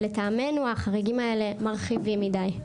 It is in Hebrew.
לטעמנו, החריגים האלה מרחיבים מדי.